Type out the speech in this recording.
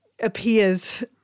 appears